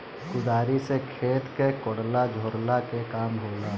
कुदारी से खेत के कोड़ला झोरला के काम होला